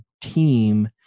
team